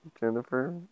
Jennifer